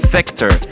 Sector